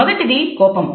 మొదటిది కోపం